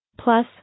Plus